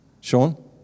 Sean